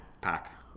pack